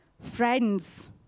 Friends